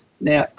Now